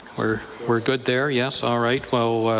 we're we're good there. yes. all right.